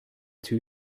two